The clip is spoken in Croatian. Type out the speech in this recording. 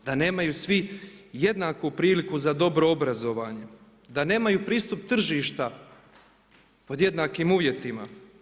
Da nemaju svi jednaku priliku za dobro obrazovanje, da nemaju pristup tržišta pod jednakim uvjetima.